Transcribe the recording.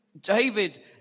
David